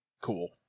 Cool